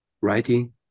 writing